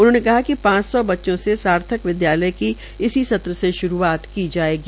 उन्होंने कहा कि पांच सौ बच्चों से सार्थक विद्यालय की इसी सत्र से श्रूआत की जायेगी